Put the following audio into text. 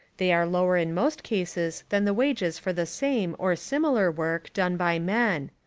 they are lower in most cases than the wages for the same, or similar work, done by men.